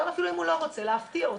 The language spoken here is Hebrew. גם אפילו אם הוא לא רוצה, להפתיע אותו,